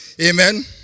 Amen